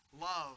love